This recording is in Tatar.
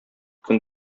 көн